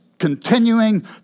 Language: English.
continuing